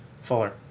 Fuller